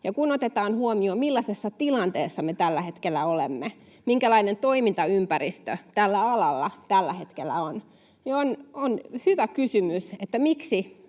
Ja kun otetaan huomioon, millaisessa tilanteessa me tällä hetkellä olemme, minkälainen toimintaympäristö tällä alalla tällä hetkellä on, niin on hyvä kysymys, miksi